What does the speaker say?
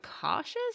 cautious